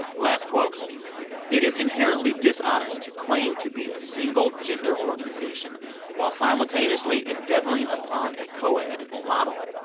last quote it is inherently dishonest to claim to be a single-gender organization while simultaneously endeavoring upon a coed model.